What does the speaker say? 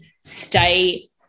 stay